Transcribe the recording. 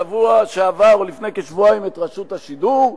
בשבוע שעבר או לפני כשבועיים את רשות השידור,